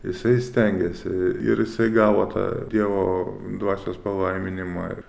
jisai stengėsi e ir jisai gavo tą dievo dvasios palaiminimą